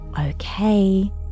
Okay